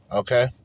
okay